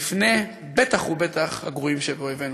בטח ובטח לפני הגרועים שבאויבינו.